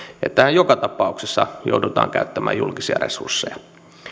tähän joka tapauksessa joudutaan käyttämään julkisia resursseja